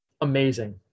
amazing